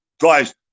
Guys